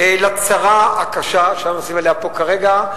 לצרה הקשה שאנחנו מתייחסים אליה פה כרגע.